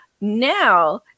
Now